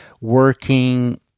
working